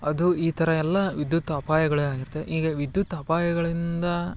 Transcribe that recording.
ಅದು ಈ ಥರ ಎಲ್ಲ ವಿದ್ಯುತ್ ಅಪಾಯಗಳೇ ಆಗಿರ್ತವೆ ಈಗ ವಿದ್ಯುತ್ ಅಪಾಯಗಳಿಂದ